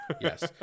Yes